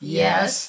yes